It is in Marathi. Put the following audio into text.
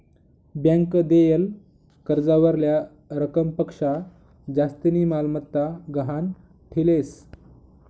ब्यांक देयेल कर्जावरल्या रकमपक्शा जास्तीनी मालमत्ता गहाण ठीलेस